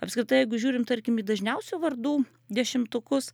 apskritai jeigu žiūrim tarkim į dažniausių vardų dešimtukus